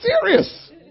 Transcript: serious